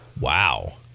Wow